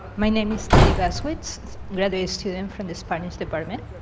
my name is nelly garswitch graduate student from the spanish department.